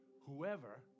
Whoever